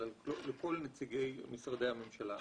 אלא לכל נציגי משרדי הממשלה.